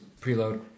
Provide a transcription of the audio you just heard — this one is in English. preload